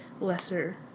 lesser